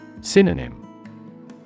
Synonym